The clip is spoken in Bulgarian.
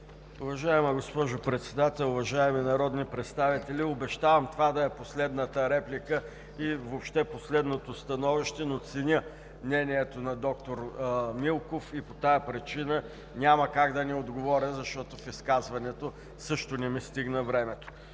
Уважаема госпожо Председател, уважаеми народни представители! Обещавам това да е последната реплика и въобще последното становище, но ценя мнението на доктор Милков и по тази причина няма как да не отговоря, защото в изказването също не ми стигна времето.